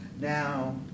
now